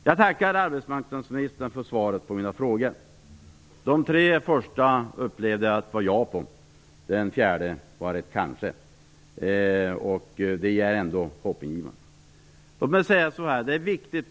Jag tackar arbetsmarknadsministern för svaren på mina frågor. De tre första upplevde jag som "ja", det fjärde var ett "kanske". Det är ändå hoppingivande.